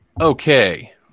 Okay